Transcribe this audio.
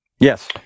Yes